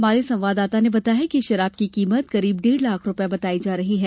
हमारे संवाददाता ने बताया है कि शराब की कीमत करीब डेढ़ लाख रूपये बताई जा रही है